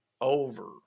over